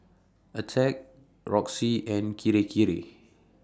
Attack Roxy and Kirei Kirei